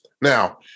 Now